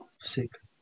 Sick